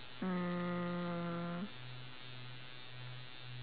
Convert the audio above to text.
mm